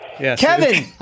Kevin